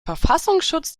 verfassungsschutz